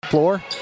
Floor